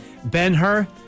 Ben-Hur